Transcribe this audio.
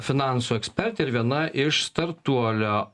finansų ekspertė ir viena iš startuolio